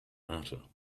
matter